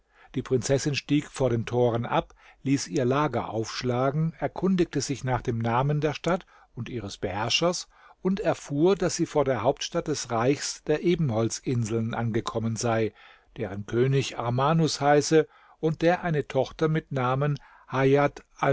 die prinzessin stieg vor den toren ab ließ ihr lager aufschlagen erkundigte sich nach dem namen der stadt und ihres beherrschers und erfuhr daß sie vor der hauptstadt des reichs der ebenholzinseln angekommen sei deren könig armanus heiße und der eine tochter mit namen hajat